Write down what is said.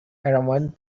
pheromones